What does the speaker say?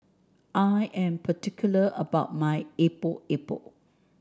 I am particular about my Epok Epok